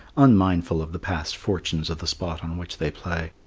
unmindful of the past fortunes of the spot on which they play.